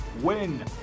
win